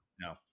No